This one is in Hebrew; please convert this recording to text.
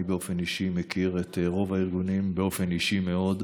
אני מכיר את רוב הארגונים באופן אישי מאוד,